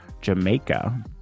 Jamaica